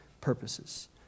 purposes